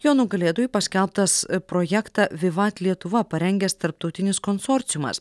jo nugalėtoju paskelbtas projektą vivat lietuva parengęs tarptautinis konsorciumas